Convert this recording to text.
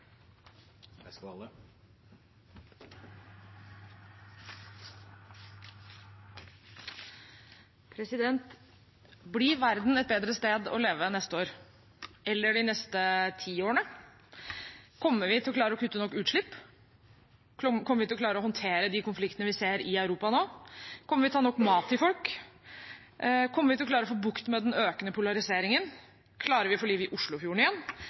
år eller de neste ti årene? Kommer vi til å klare å kutte nok utslipp? Kommer vi til å klare å håndtere de konfliktene vi ser i Europa nå? Kommer vi til å ha nok mat til folk? Kommer vi til å klare å få bukt med den økende polariseringen? Klarer vi å få liv i Oslofjorden igjen